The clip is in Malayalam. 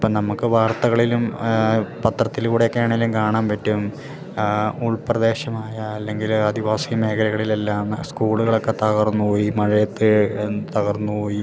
ഇപ്പം നമുക്ക് വാർത്തകളിലും പത്രത്തിലൂടെ ഒക്കെ ആണേലും കാണാൻ പറ്റും ഉൾപ്രദേശമായ അല്ലങ്കില് ആദിവാസി മേഖലകളിലെല്ലാം സ്കൂളുകളൊക്കെ തകർന്ന് പോയി മഴയത്ത് തകർന്നു പോയി